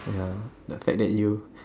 ya just like that you